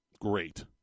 Great